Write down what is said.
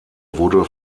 wurde